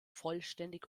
vollständig